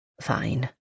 Fine